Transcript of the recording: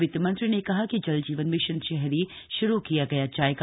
वित्त मंत्री ने कहा कि जल जीवन मिशन शहरी श्रू किया जाएगा